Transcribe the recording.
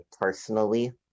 personally